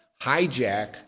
hijack